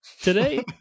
today